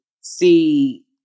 see